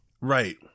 right